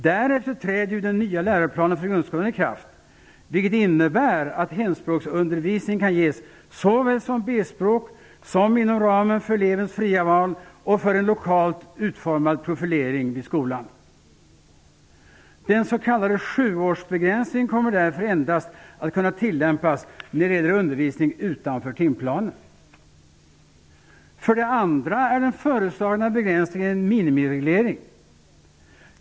Därefter träder den nya läroplanen för grundskolan i kraft, vilket innebär att hemspråksundervisning kan ges såväl som B-språk som inom ramen för elevens fria val. Den kan också vara en lokalt utformad profilering vid skolan. Den s.k. sjuårsbegränsningen kommer därför endast att kunna tillämpas när det gäller undervisning utanför timplanen. För det andra är den föreslagna begränsningen en minimireglering.